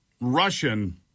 Russian